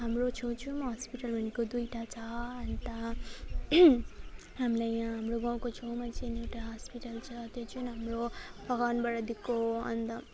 हाम्रो छेउछेउमा हस्पिटल भनेको दुइटा छ अन्त हामीलाई यहाँ हाम्रो गाउँको छेउमै चाहिँ एउटा हस्पिटल छ त्यो चाहिँ हाम्रो बगानबाट दिएको हो अन्त